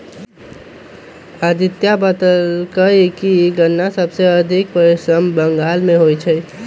अदित्य बतलकई कि गन्ना सबसे अधिक पश्चिम बंगाल में होई छई